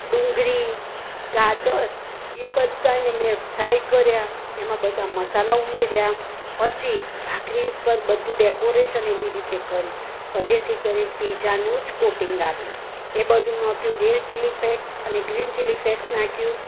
ડુંગરી ગાજર એ બધાય ને મેં ફ્રાય કર્યા એમાં બધા મસાલા ઉમેર્યા પછી ભાખરી ઉપર બધુ ડેકોરેશન એવી રીતે કર્યું જેથી કરીન પિત્ઝાનું જ કોટિંગ આવે એ બધુ નાખ્યું રેડ ચીલીફેક્સ અને ગ્રીન ચીલીફેક્સ નાખ્યું